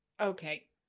okay